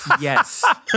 Yes